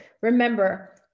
Remember